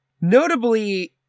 Notably